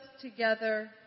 together